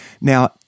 Now